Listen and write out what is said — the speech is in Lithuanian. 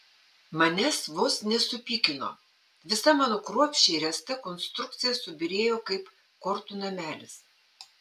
manęs vos nesupykino visa mano kruopščiai ręsta konstrukcija subyrėjo kaip kortų namelis